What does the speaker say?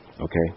okay